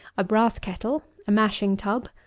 a brass kettle, a mashing tub,